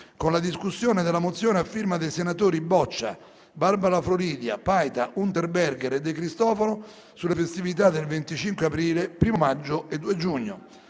con la discussione della mozione a firma dei senatori Boccia, Floridia Barbara, Paita, Unterberger e De Cristofaro sulle festività del 25 aprile, 1° maggio e 2 giugno.